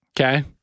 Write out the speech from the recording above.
Okay